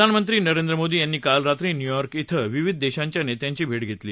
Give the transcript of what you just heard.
प्रधानमंत्री नरेंद्र मोदी यांनी काल रात्री न्यूयॉर्क ॐ विविध देशांच्या नेत्यांची भेट घेतली